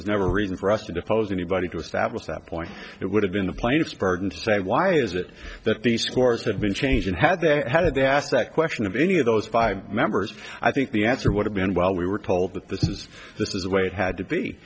was never a reason for us to depose anybody to establish that point it would have been the plaintiff's burden to say why is it that these scores have been changed and had they had asked that question of any of those five members i think the answer would have been well we were told that this is this is the way it had to